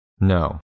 No